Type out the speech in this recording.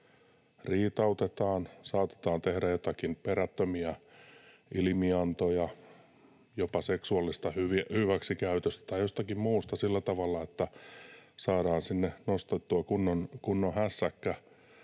riitautetaan, saatetaan tehdä joitakin perättömiä ilmiantoja jopa seksuaalisesta hyväksikäytöstä tai jostakin muusta sillä tavalla, että saadaan sinne nostettua kunnon hässäkkä